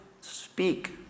speak